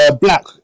black